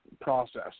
process